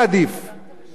שיחליט שר,